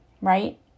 right